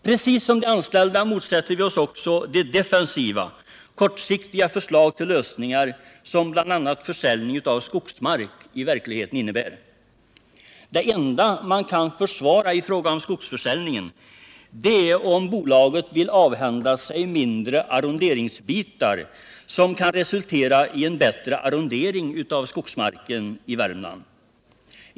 Precis som de anställda motsätter vi oss också de defensiva, kortsiktiga förslag till lösningar som bl.a. försäljning av skogsmark i verkligheten innebär. Det enda tillfället då man kan försvara skogsförsäljningen är om bolaget vill avhända sig mindre arronderingsbitar, som kan resultera i en bättre arrondering av skogsmarken i Värmland.